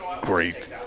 great